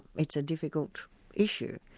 it's a difficult issue.